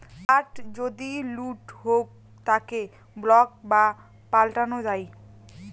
card যদি লুট হউক তাকে ব্লক বা পাল্টানো যাই